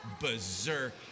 berserk